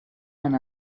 and